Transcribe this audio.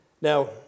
Now